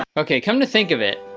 um okay. come to think of it.